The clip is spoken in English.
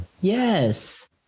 Yes